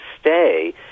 stay